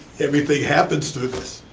everything happens through this,